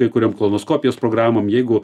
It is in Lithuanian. kai kuriom kolonoskopijos programom jeigu